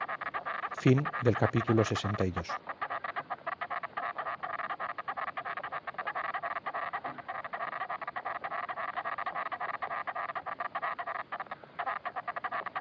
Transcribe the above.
fin del capítulo veinte y